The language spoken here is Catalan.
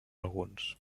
alguns